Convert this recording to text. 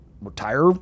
retire